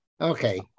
Okay